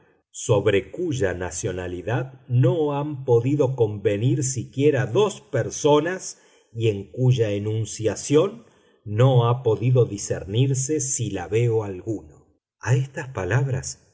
sobre cuya nacionalidad no han podido convenir siquiera dos personas y en cuya enunciación no ha podido discernirse silabeo alguno a estas palabras